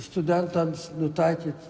studentams nutaikyt